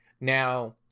Now